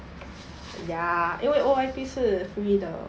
ya 因为 O_I_P 是 free 的